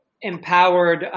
empowered –